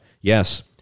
Yes